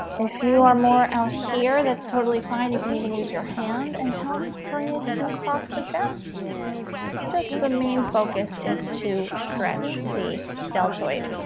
if you are more out here that's totally fine. you can even use your hand and help bring it across the chest just the main focus is to stretch the deltoid